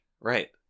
Right